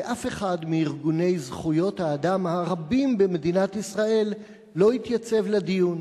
ואף אחד מארגוני זכויות האדם הרבים במדינת ישראל לא התייצב לדיון,